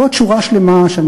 ועוד שורה שלמה של פעולות,